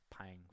paying